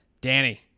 Danny